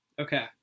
Okay